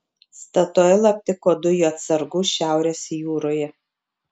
statoil aptiko dujų atsargų šiaurės jūroje